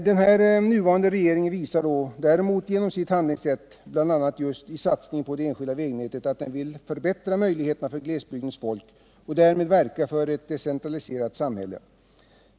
Den nuvarande regeringen visar däremot bl.a. genom sin satsning på det enskilda vägnätet att den vill förbättra möjligheterna för glesbygdens människor och därmed verka för ett decentraliserat samhälle.